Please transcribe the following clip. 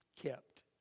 kept